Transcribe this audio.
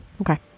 Okay